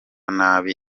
naba